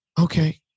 okay